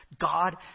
God